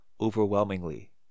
overwhelmingly